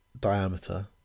diameter